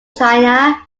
china